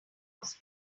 mouse